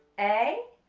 a,